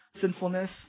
sinfulness